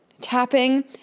tapping